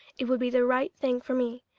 it would be the right thing for me.